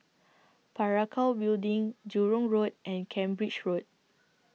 Parakou Building Jurong Road and Cambridge Road